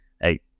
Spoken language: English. hey